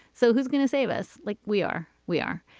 so who's going to save us like we are? we are.